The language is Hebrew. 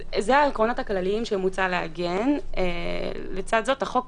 אלה העקרונות הכלליים שמוצע לעגן, לצד זה החוק